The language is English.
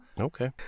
okay